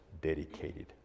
dedicated